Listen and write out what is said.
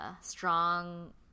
Strong